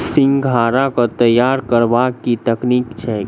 सिंघाड़ा केँ तैयार करबाक की तकनीक छैक?